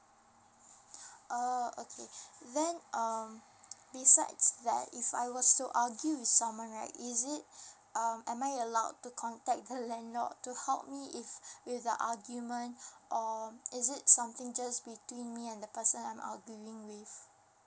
oh okay then um besides that if I were to argue with someone right is it um am I allowed to contact the landlord to help me with the argument um is it something just between me and the person I'm aurguing with